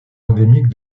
endémique